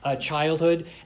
childhood